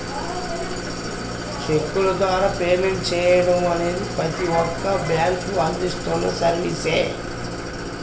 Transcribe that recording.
చెక్కుల ద్వారా పేమెంట్ చెయ్యడం అనేది ప్రతి ఒక్క బ్యేంకూ అందిస్తున్న సర్వీసే